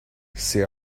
c’est